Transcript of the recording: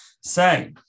say